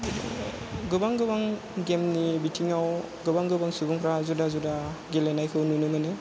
गोबां गोबां गेमनि बिथिङाव गोबां गोबां सुबुंफ्रा जुदा जुदा गेलेनायखौ नुनो मोनो